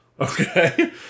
okay